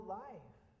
life